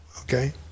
okay